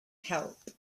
help